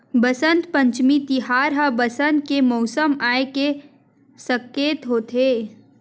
बसंत पंचमी तिहार ह बसंत के मउसम आए के सकेत होथे